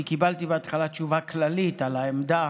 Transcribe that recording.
כי קיבלתי בהתחלה תשובה כללית על העמדה